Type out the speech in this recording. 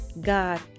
god